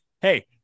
Hey